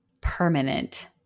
permanent